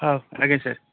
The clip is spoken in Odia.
ହଉ ଆଜ୍ଞ ସାର୍